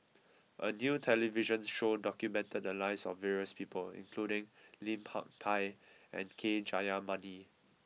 a new television show documented the lives of various people including Lim Hak Tai and K Jayamani